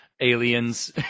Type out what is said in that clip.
aliens